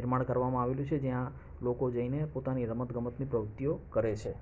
નિર્માણ કરવામાં આવેલું છે જ્યાં લોકો જઈને પોતાની રમત ગમતની પ્રવુત્તિઓ કરે છે